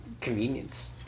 convenience